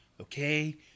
Okay